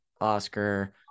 oscar